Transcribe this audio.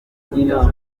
kujya